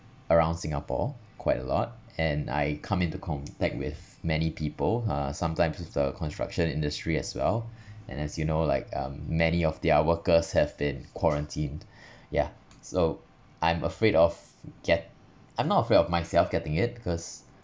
around singapore quite a lot and I come into contact with many people uh sometimes with the construction industry as well and as you know like um many of their workers have been quarantined yeah so I'm afraid of get I'm not afraid of myself getting it because